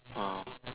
!wow!